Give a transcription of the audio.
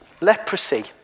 leprosy